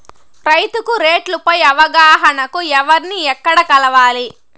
రైతుకు రేట్లు పై అవగాహనకు ఎవర్ని ఎక్కడ కలవాలి?